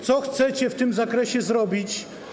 Co chcecie w tym zakresie zrobić?